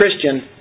Christian